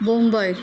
Bombay